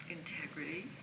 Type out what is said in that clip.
integrity